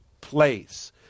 place